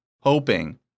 hoping